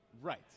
Right